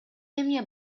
эмне